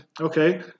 okay